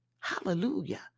hallelujah